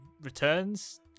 returns